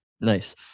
Nice